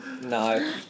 No